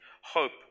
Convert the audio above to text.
hope